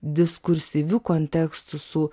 diskursyviu kontekstu su